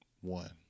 One